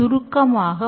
பலவருட திட்டங்களில்